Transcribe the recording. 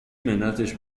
منتش